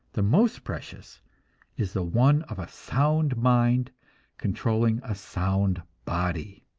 the most precious is the one of a sound mind controlling a sound body.